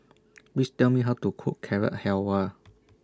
Please Tell Me How to Cook Carrot Halwa